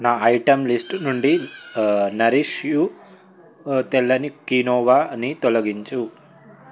నా item list నుండి Nourish You తెల్లని కీనోవాని తొలగించు